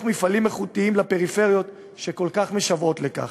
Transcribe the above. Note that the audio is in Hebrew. מפעלים איכותיים לפריפריות שכל כך משוועות לכך.